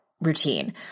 routine